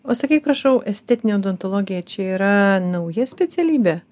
o sakykit prašau estetinė odontologija čia yra nauja specialybė